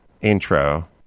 intro